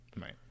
Right